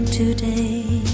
today